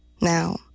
Now